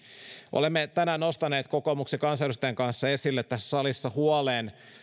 olemme tänään nostaneet kokoomuksen kansanedustajien kanssa esille tässä salissa huolen